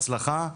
בהצלחה,